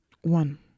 one